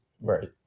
Right